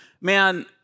man